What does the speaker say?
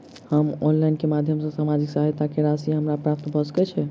हम ऑनलाइन केँ माध्यम सँ सामाजिक सहायता केँ राशि हमरा प्राप्त भऽ सकै छै?